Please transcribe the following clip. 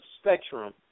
spectrum